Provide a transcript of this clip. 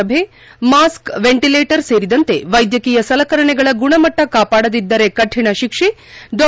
ಸಭೆ mask ventilator ಸೇರಿದಂತೆ ವೈದ್ಯಕೀಯ ಸಲಕರಣೆಗಳ ಗುಣಮಟ್ಟ ಕಾಪಾಡದಿದ್ದರೆ ಕರಿಣ ಶಿಕ್ಷೆ ಡಾ